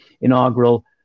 inaugural